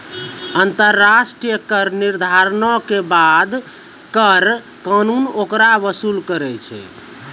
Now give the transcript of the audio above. अन्तर्राष्ट्रिय कर निर्धारणो के बाद कर कानून ओकरा वसूल करै छै